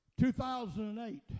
2008